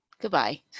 Goodbye